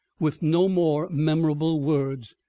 with no more memorable words,